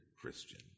Christian